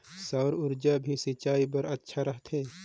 सौर ऊर्जा भी सिंचाई बर अच्छा रहथे?